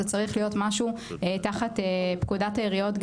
זה צריך להיות משהו תחת פקודת העיריות,